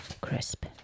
crisp